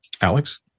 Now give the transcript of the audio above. Alex